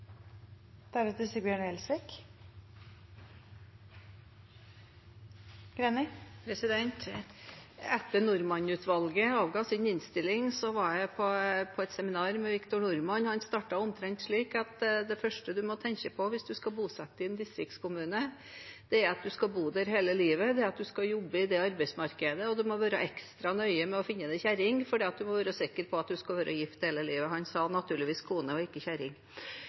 Etter at Norman-utvalget avga sin innstilling, var jeg på et seminar med Victor Norman. Han startet omtrent slik: Det første du må tenke på hvis du skal bosette deg i en distriktskommune, er at du skal bo der hele livet, at du skal jobbe i det arbeidsmarkedet, og at du må være ekstra nøye med å finne deg kjerring, for du må være sikker på at du skal være gift hele livet. – Han sa naturligvis kone og ikke